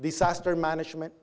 disaster management